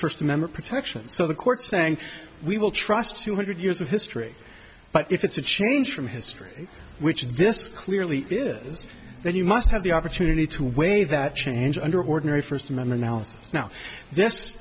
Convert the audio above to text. first amendment protections so the court saying we will trust two hundred years of history but if it's a change from history which is this clearly is then you must have the opportunity to weigh that change under ordinary first amendment alex now